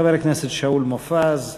חבר הכנסת שאול מופז ינמק.